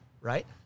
right